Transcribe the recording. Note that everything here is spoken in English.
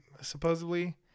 supposedly